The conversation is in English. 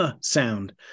sound